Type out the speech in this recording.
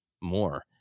more